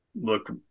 look